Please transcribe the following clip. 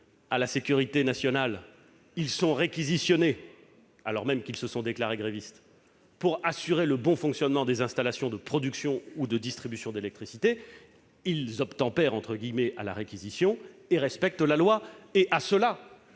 à la sécurité nationale, ils sont réquisitionnés, alors même qu'ils se sont déclarés grévistes, pour assurer le bon fonctionnement des installations de production ou de distribution d'électricité, ils obtempèrent à la réquisition et respectent la loi. À ceux-là,